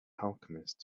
alchemist